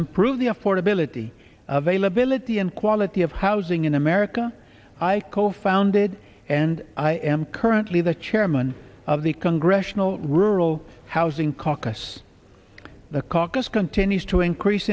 improve the affordability of a liability and quality of housing in america i co founded and i am currently the chairman of the congressional rural housing caucus the caucus continues to increase